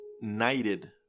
knighted